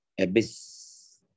Abyss